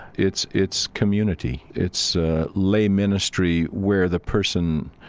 it's it's community. it's lay ministry where the person,